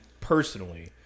personally